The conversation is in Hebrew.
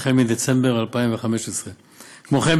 החל בדצמבר 2015. כמו כן,